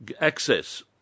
access